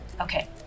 okay